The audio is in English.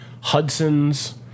Hudson's